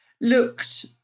looked